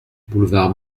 boulevard